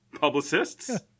publicists